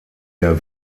der